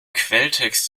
quelltext